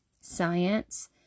science